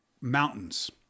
mountains